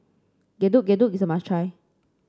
Getuk Getuk is a must try